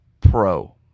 pro